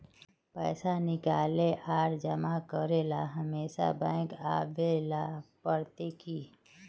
पैसा निकाले आर जमा करेला हमेशा बैंक आबेल पड़ते की?